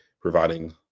providing